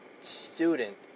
student